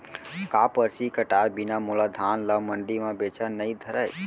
का परची कटाय बिना मोला धान ल मंडी म बेचन नई धरय?